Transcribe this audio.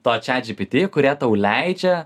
to čiat džipiti kurie tau leidžia